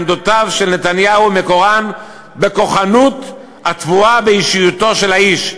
עמדותיו של נתניהו מקורן בכוחנות הטבועה באישיותו של האיש,